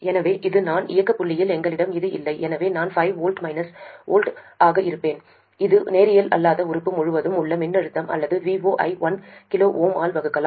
எனவே இது நான் இயக்க புள்ளியில் எங்களிடம் இது இல்லை எனவே நான் 5 V மைனஸ் V ஆக இருப்பேன் இது நேரியல் அல்லாத உறுப்பு முழுவதும் உள்ள மின்னழுத்தம் அல்லது V0 ஐ 1 kΩ ஆல் வகுக்கலாம்